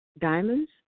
diamonds